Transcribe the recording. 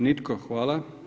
Nitko, hvala.